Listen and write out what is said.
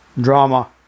Drama